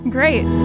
Great